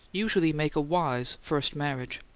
usually make a wise first marriage.